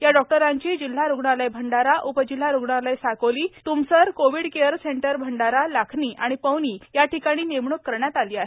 या डॉक्टरांची जिल्हा रुग्णालय भंडारा उपजिल्हा रुग्णालय Sakoli Tumsar Covid care centre Bhandara Lakhani आणि पवनी या ठिकाणी नेमणूक करण्यात आली आहे